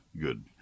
good